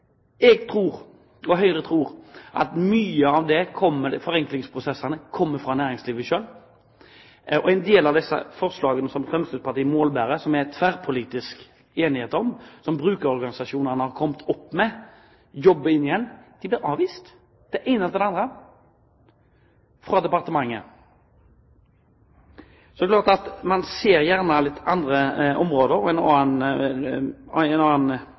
og Høyre tror at mye av forenklingsprosessene kommer fra næringslivet selv. En del av de forslagene som Fremskrittspartiet målbærer, som det er tverrpolitisk enighet om, og som brukerorganisasjonene har kommet opp med og jobber inn igjen, blir avvist – det ene etter det andre – fra departementet. Så man ser gjerne litt andre